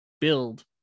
build